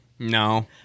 No